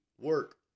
work